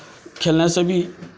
खेलने से भी